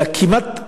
אלא כמעט,